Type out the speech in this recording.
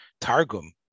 Targum